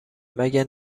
مگه